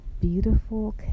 beautiful